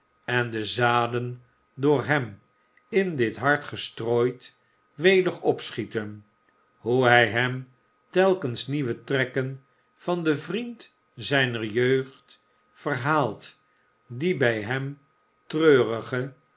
en de zaden door hem in dit hart gestrooid welig opschieten hoe hij hem telkens nieuwe trekken van den vriend zijner jeugd verhaalt die bij hem treurige